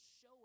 show